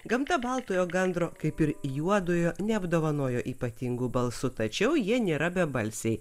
gamta baltojo gandro kaip ir juodojo neapdovanojo ypatingu balsu tačiau jie nėra bebalsiai